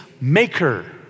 maker